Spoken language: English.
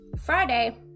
Friday